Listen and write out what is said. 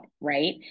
right